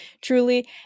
truly